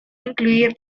incluir